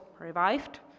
revived